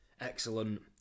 Excellent